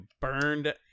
burned